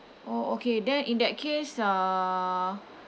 oh okay then in that case uh